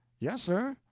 yes, sir!